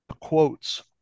quotes